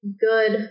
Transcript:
Good